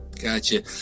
Gotcha